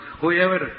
whoever